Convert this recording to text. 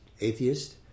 Atheist